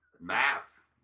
Math